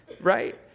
right